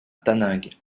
taninges